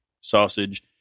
sausage